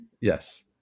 Yes